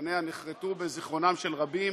פניה נחרתו בזיכרונם של רבים,